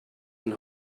and